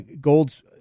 Gold's